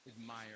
admire